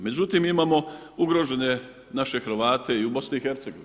Međutim imamo ugrožene naše Hrvate i u BiH.